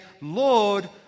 Lord